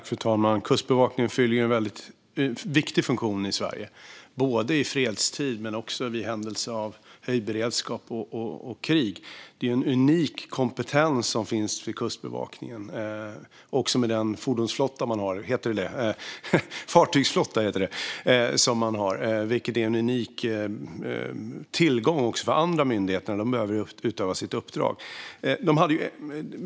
Fru talman! Kustbevakningen fyller en väldigt viktig funktion i Sverige, i fredstid men också i händelse av höjd beredskap och krig. Det är en unik kompetens som finns vid Kustbevakningen. Den fartygsflotta man har är också en unik tillgång även för andra myndigheter när de behöver utöva sina uppdrag.